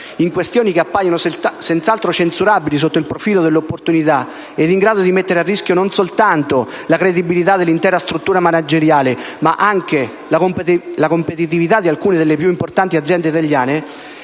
in questioni che appaiono senz'altro censurabili sotto il profilo dell'opportunità e in grado di mettere a rischio non soltanto la credibilità dell'intera struttura manageriale ma anche la competitività di alcune delle più importanti aziende italiane,